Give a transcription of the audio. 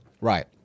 Right